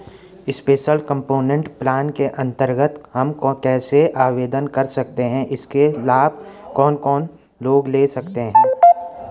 Special component plan के अन्तर्गत हम कैसे आवेदन कर सकते हैं इसका लाभ कौन कौन लोग ले सकते हैं?